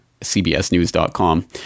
CBSnews.com